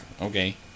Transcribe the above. okay